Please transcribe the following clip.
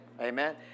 Amen